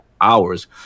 Hours